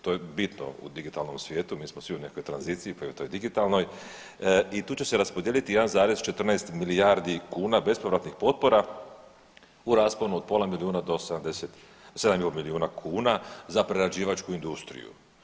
To je bitno u digitalnom svijetu, mi smo svi u nekoj tranziciji, pa i u toj digitalnoj i tu će se raspodijeliti 1,14 milijardi kuna bespovratnih potpora u rasponu od pola milijuna do 7 milijuna kuna za prerađivačku industriju.